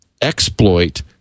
exploit